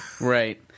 Right